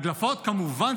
כמובן.